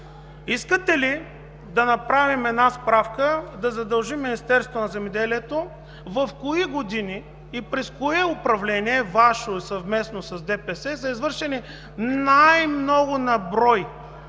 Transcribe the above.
Искате ли да направим една справка, да задължим Министерството на земеделието в кои години и през кое управление – Ваше и съвместно с ДПС, са извършени най-много на брой